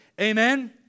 Amen